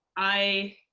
i,